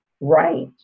right